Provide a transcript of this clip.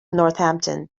northampton